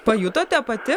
pajutote pati